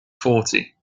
forty